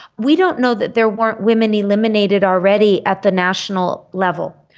we don't know that there weren't women eliminated already at the national level.